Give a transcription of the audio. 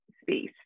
space